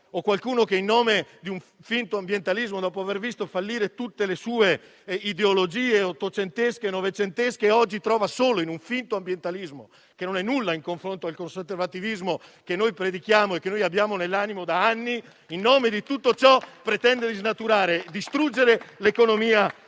o qualcuno che, dopo aver visto fallire tutte le sue ideologie ottocentesche e novecentesche, oggi si ritrova solo in un finto ambientalismo, che non è nulla in confronto al conservativismo che predichiamo e abbiamo nell'animo da anni, e che in nome di tutto ciò pretende di snaturare e distruggere l'economia